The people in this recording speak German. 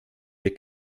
wir